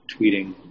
tweeting